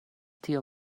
tiu